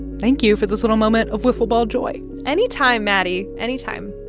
thank you for this little moment of wiffle ball joy anytime, maddie, anytime